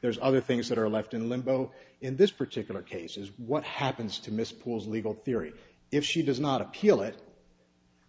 there's other things that are left in limbo in this particular case is what happens to miss pooles legal theory if she does not appeal it